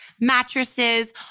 mattresses